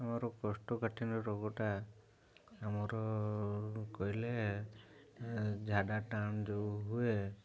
ଆମର କୋଷ୍ଠକାଠିନ୍ୟ ରୋଗଟା ଆମର କହିଲେ ଝାଡ଼ା ଟାନ୍ ଯୋଉ ହୁଏ